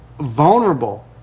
Vulnerable